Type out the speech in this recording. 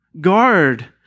Guard